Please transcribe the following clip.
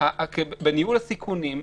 בניהול הסיכונים,